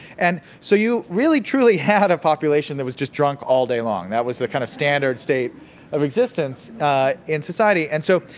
and so, you really, truly had a population that was just drunk all day long. that was the kind of standard state of existence in society. and so,